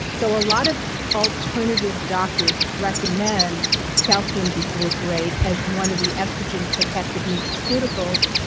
so a lot of alternative doctors recommend calcium d-glucarate as one of the estrogen protective nutraceuticals.